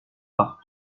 par